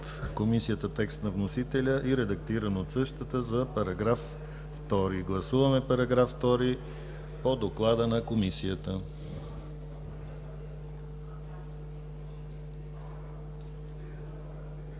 Комисията текст на вносителя и редактиран от същата за § 2. Гласуваме § 2 по доклада на Комисията.